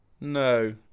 No